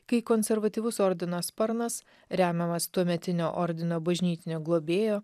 kai konservatyvus ordino sparnas remiamas tuometinio ordino bažnytinio globėjo